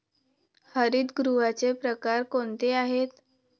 हरितगृहाचे प्रकार कोणते आहेत?